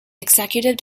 executive